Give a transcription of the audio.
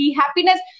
happiness